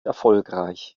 erfolgreich